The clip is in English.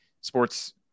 sports